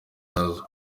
nazo